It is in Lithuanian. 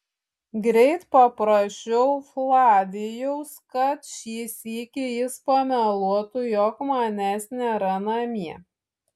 greit paprašiau flavijaus kad šį sykį jis pameluotų jog manęs nėra namie